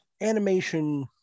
Animation